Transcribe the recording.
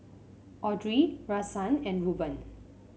Audrey Rahsaan and Ruben